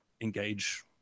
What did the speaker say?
engage